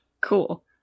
cool